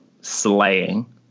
slaying